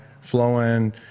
flowing